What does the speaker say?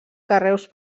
carreus